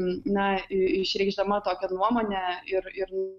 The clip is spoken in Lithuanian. na išreikšdama tokią nuomonę ir ir